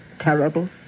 terrible